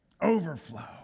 overflow